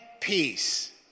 peace